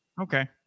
Okay